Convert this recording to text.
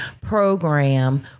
program